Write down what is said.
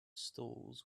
stalls